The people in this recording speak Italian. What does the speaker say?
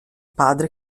padre